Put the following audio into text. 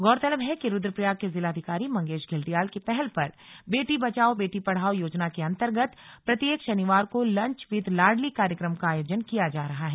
गौरतलब है कि रुद्रप्रयाग के जिलाधिकारी मंगेश घिल्डियाल की पहल पर बेटी बचाओ बेटी पढ़ाओ योजना के अंतर्गत प्रत्येक शनिवार को लंच विद लाडली कार्यक्रम का आयोजन किया जा रहा है